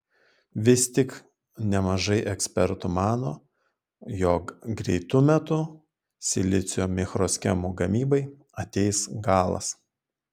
vis tik nemažai ekspertų mano jog greitu metu silicio mikroschemų gamybai ateis galas